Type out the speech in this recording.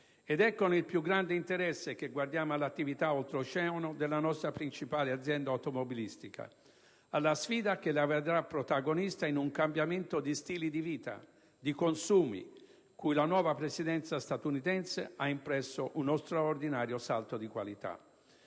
con il più grande interesse che si guarda all'attività oltre oceano della nostra principale azienda automobilistica, alla sfida che la vedrà protagonista in un cambiamento di stili di vita e di consumi, cui la nuova Presidenza statunitense ha impresso uno straordinario salto di qualità.